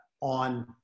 on